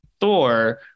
thor